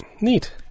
Neat